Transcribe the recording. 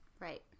Right